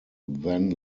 then